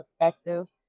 effective